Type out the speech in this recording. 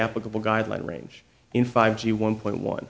applicable guideline range in five g one point one